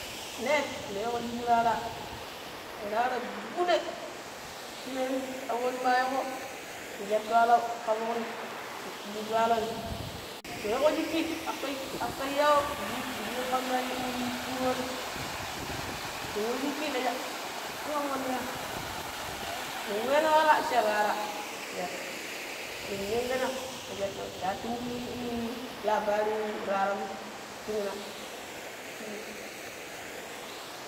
Ne ni wego shikk rara rara gudai shinani abonima yaƙƙo. Chati allau ka fuk no da chu allaui ne weƙƙo shikki akkaayi aƙƙayi yawo da yun kamma kiwoni nin wa shikki najja immamo nia nin wenna walla sha rara na sha too nin ningina nasha, too daatu munun iii labari raranmo ti mina shinne.